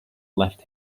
left